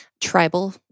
tribal